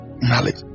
knowledge